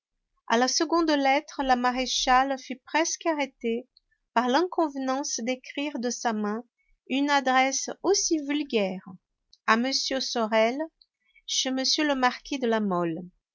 a la seconde lettre la maréchale fut presque arrêtée par l'inconvenance d'écrire de sa main une adresse aussi vulgaire a m sorel chez m le marquis de la mole